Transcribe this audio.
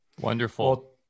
Wonderful